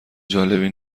جالبی